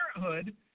Parenthood